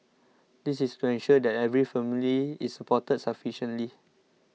this is to ensure that every family is supported sufficiently